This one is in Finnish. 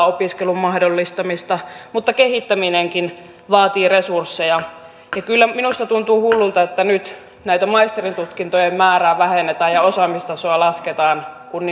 opiskelun mahdollistamista mutta kehittäminenkin vaatii resursseja kyllä minusta tuntuu hullulta että nyt maisterintutkintojen määrää vähennetään ja osaamistasoa lasketaan kun